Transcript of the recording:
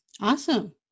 Awesome